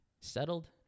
settled